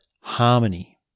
harmony